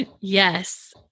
Yes